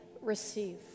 receive